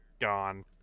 gone